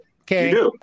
okay